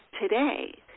today